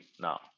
now